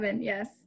yes